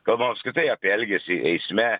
kalbam apskritai apie elgesį eisme